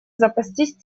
запастись